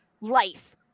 life